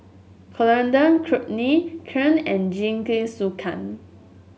Coriander Chutney Kheer and Jingisukan